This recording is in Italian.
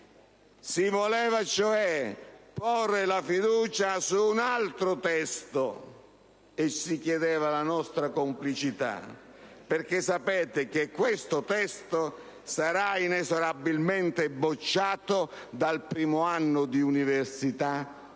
Si voleva cioè porre la fiducia su un altro testo e si chiedeva la nostra complicità, perché sapevate che questo testo sarà inesorabilmente bocciato anche dagli studenti